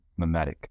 memetic